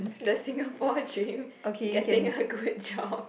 the Singapore dream getting a good job